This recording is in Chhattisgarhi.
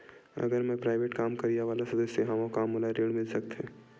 अगर मैं प्राइवेट काम करइया वाला सदस्य हावव का मोला ऋण मिल सकथे?